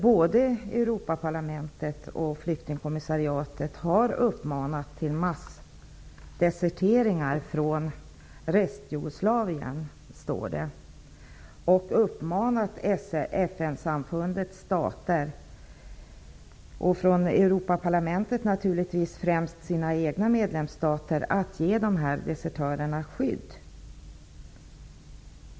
Både Europaparlamentet och flyktingkommissariatet har uppmanat till massdeserteringar från Restjugoslavien och anmodat FN-samfundets stater -- vad gäller Europaparlamentet naturligtvis främst de egna medlemsstaterna -- att ge desertörerna skydd.